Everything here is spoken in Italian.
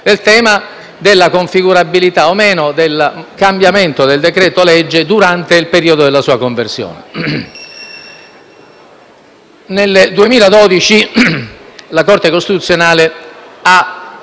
al CSM - della configurabilità o no del cambiamento del decreto-legge durante il periodo della sua conversione. Nel 2012 la Corte costituzionale ha